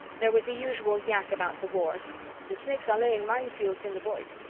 there was the usual yak about the war the snakes are laying mine fields in the void,